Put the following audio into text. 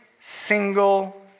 single